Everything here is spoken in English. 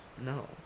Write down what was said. No